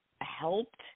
helped